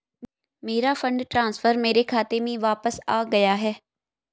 मेरा fund transfer मेरे खाते में वापस आ गया है